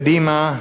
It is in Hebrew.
קדימה,